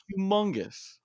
humongous